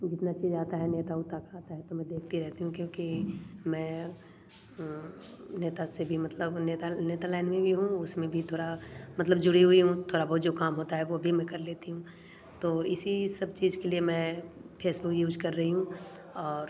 जितना चीज़ आता है नेता उता का आता है तो मैं देखती रहती हूँ क्योंकि मैं नेता से भी मतलब नेता नेता लाइन में भी हूँ उसमें भी थोड़ा मतलब जुड़ी हुई हूँ थोड़ा बहुत जो काम होता है वह भी मैं कर लेती हूँ तो इसी सब चीज़ के लिए मैं फेसबुक यूज़ कर रही हूँ और